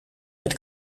met